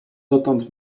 dotąd